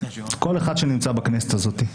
כל אחד שנמצא בכנסת הזאת.